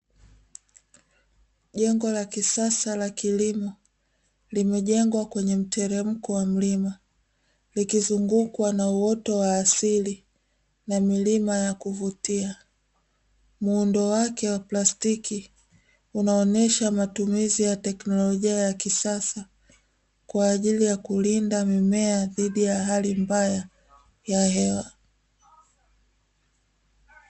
Jengo la kisasa la kilimo limejengwa kwenye mteremko wa mlima nikizungukwa na uoto wa asili na milima ya kuvutia. Muundo wake wa plastiki unaonesha matumizi ya teknolojia ya kisasa kwa ajili ya kulinda mimea dhidi ya hali mbaya ya hewa.